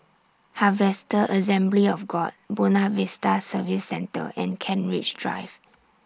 Harvester Assembly of God Buona Vista Service Centre and Kent Ridge Drive